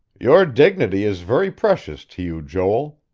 your dignity is very precious to you, joel,